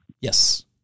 yes